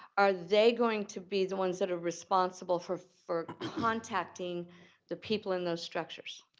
are they going to be the ones that are responsible for for contacting the people in those structures?